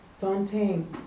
Fontaine